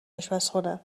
آشپزخونه